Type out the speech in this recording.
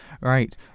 Right